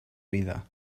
vida